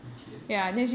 okay